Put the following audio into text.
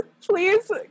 please